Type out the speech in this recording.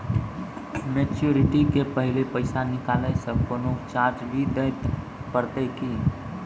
Maturity के पहले पैसा निकालै से कोनो चार्ज भी देत परतै की?